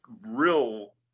real